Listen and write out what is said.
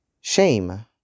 Shame